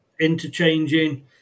interchanging